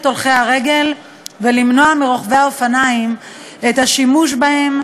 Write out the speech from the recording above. הולכי הרגל ולמנוע מרוכבי האופניים את השימוש בהם,